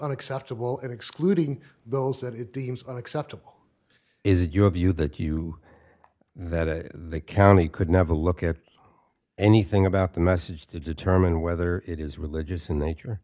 unacceptable and excluding those that it deems unacceptable is it your view that you that the county could never look at anything about the message to determine whether it is religious in nature